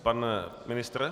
Pan ministr?